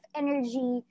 energy